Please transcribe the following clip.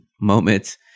moments